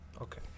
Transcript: Okay